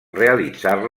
realitzar